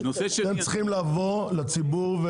אתם צריכים לבוא לציבור,